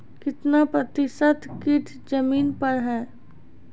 कितना प्रतिसत कीट जमीन पर हैं?